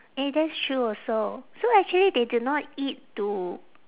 eh that's true also so actually they do not eat to